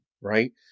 right